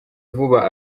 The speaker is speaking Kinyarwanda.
vuba